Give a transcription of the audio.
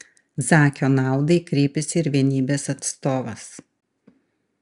zakio naudai kreipėsi ir vienybės atstovas